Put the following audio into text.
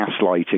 gaslighting